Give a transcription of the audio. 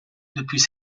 depuis